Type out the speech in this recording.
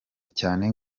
cyane